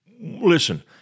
Listen